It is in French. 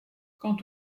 quant